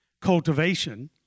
Cultivation